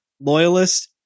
loyalist